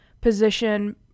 position